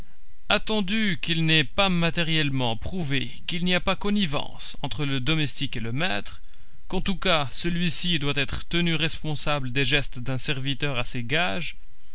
attendu qu'il n'est pas matériellement prouvé qu'il n'y ait pas connivence entre le domestique et le maître qu'en tout cas celui-ci doit être tenu responsable des gestes d'un serviteur à ses gages